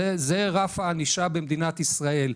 זה רף הענישה במדינת ישראל.